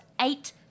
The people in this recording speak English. eight